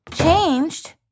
Changed